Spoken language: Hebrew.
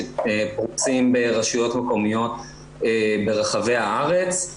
שפרוסים ברשויות מקומיות ברחבי הארץ.